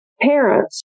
parents